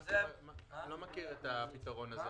אני לא מכיר את הפתרון הזה.